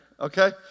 Okay